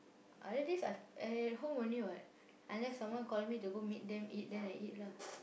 other days I I at home only what unless someone call me to go meet them eat then I eat lah